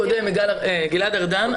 הקודם, גלעד ארדן.